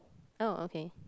oh okay